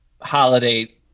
holiday